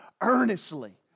earnestly